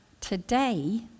today